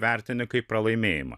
vertini kaip pralaimėjimą